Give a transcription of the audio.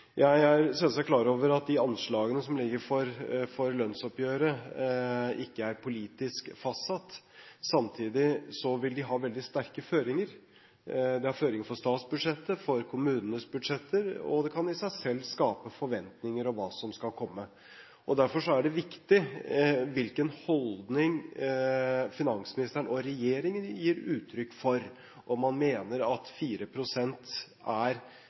Jeg er selvsagt klar over at de anslagene som ligger for lønnsoppgjøret, ikke er politisk fastsatt. Samtidig vil de ha veldig sterke føringer. Det er føringer for statsbudsjettet, for kommunenes budsjetter, og det kan i seg selv skape forventninger om hva som skal komme. Derfor er det viktig hvilken holdning finansministeren og regjeringen gir uttrykk for – om man mener at 4 pst. vekstanslag er